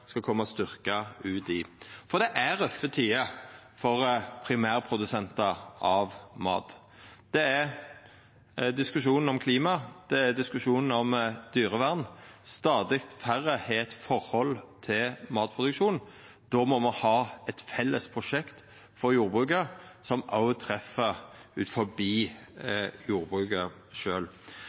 skal koma styrkt ut av, for det er røffe tider for primærprodusentar av mat. Det er diskusjon om klima, det er diskusjon om dyrevern, og stadig færre har eit forhold til matproduksjon. Då må me ha eit felles prosjekt for jordbruket som òg treffer utanfor jordbruket